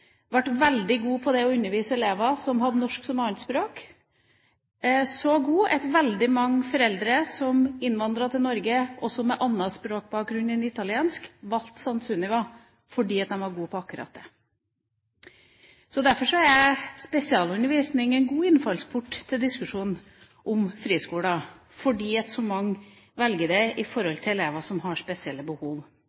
ble veldig god på det å undervise elever som har norsk som andrespråk – så god at veldig mange foreldre som innvandret til Norge, også med annen språkbakgrunn enn italiensk, valgte skolen fordi den var god på akkurat det. Spesialundervisning er en god innfallsport til diskusjonen om friskoler fordi så mange velger det